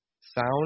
Sound